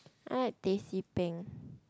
I like teh c peng